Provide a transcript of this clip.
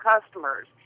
customers